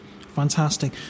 Fantastic